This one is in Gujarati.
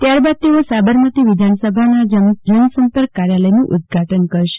ત્યારબાદ તેઓ સાબરમતી વિધાનસભાના જનસંપર્ક કાર્યાલયનું ઉદઘાટન કરશે